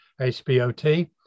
HBOT